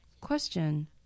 Question